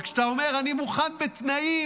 וכשאתה אומר: אני מוכן בתנאים,